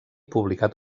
publicat